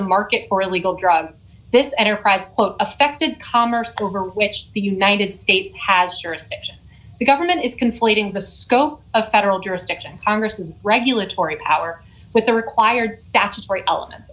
the market for illegal drugs this enterprise affected commerce over which the united states has jurisdiction the government is conflating the scope of federal jurisdiction congress's regulatory power with the required statutory element